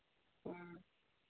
ꯎꯝ